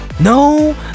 No